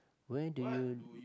where do you